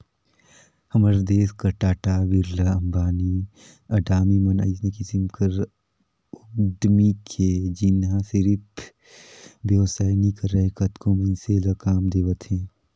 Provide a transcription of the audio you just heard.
हमर देस कर टाटा, बिरला, अंबानी, अडानी मन अइसने किसिम कर उद्यमी हे जेनहा सिरिफ बेवसाय नी करय कतको मइनसे ल काम देवत हे